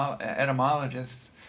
etymologists